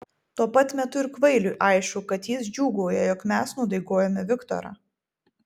tuo pat metu ir kvailiui aišku kad jis džiūgauja jog mes nudaigojome viktorą